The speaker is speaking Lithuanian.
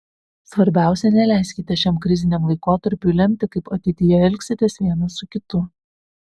svarbiausia neleiskite šiam kriziniam laikotarpiui lemti kaip ateityje elgsitės vienas su kitu